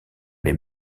les